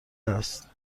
است